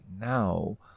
now